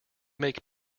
make